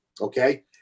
okay